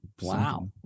wow